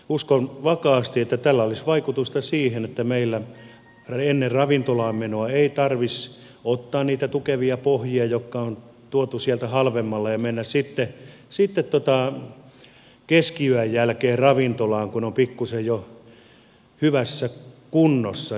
uskon vakaasti että tällä olisi vaikutusta siihen että meillä ennen ravintolaan menoa ei tarvitsisi ottaa niitä tukevia pohjia jotka on tuotu sieltä halvemmalla ja mennä sitten keskiyön jälkeen ravintolaan kun on pikkuisen jo hyvässä kunnossa